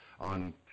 on